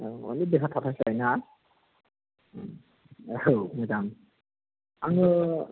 औ अनलि बेहा थाथोंसै ना औ मोजां आङो